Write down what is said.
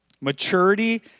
Maturity